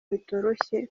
bitoroshye